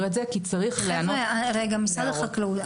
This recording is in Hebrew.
את זה כי צריך --- רגע משרד החקלאות,